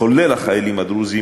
כולל החיילים הדרוזים,